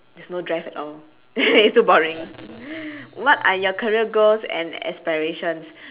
there's no drive at all it's too boring what are your career goals and aspirations